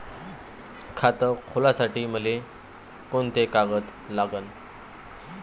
खात खोलासाठी मले कोंते कागद लागन?